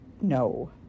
No